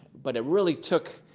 but it really took